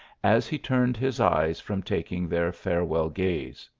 as he turned his eyes from taking their farewell gaze.